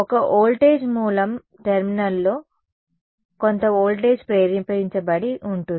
ఒక వోల్టేజ్ మూలం టెర్మినల్లో కొంత వోల్టేజ్ ప్రేరేపించబడి ఉంటుంది